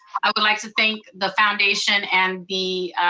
i would like to thank the foundation and the,